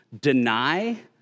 deny